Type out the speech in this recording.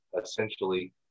essentially